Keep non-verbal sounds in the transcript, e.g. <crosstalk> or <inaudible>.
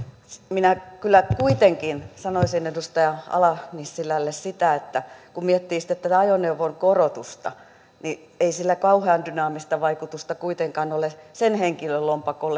minä kyllä kuitenkin sanoisin edustaja ala nissilälle että kun miettii sitten tätä ajoneuvoveron korotusta niin ei sillä kauhean dynaamista vaikutusta kuitenkaan ole sen henkilön lompakkoon <unintelligible>